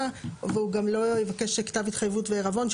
והוא גם לא יבקש כתב התחייבות וערבון,